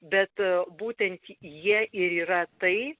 bet būtent jie ir yra tai